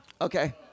Okay